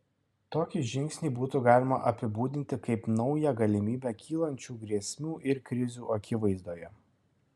tokį žingsnį būtų galima apibūdinti kaip naują galimybę kylančių grėsmių ir krizių akivaizdoje